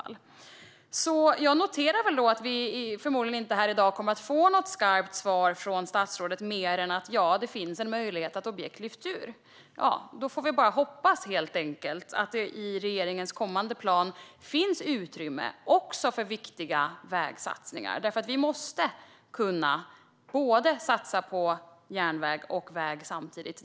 Jag noterar att vi förmodligen inte kommer att få något skarpt svar från statsrådet i dag mer än detta: Ja, det finns en möjlighet att objekt lyfts ut. Då får vi helt enkelt bara hoppas att det i regeringens kommande plan finns utrymme för viktiga vägsatsningar. Vi måste kunna satsa på järnväg och väg samtidigt.